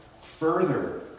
further